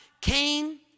Cain